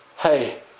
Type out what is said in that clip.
Hey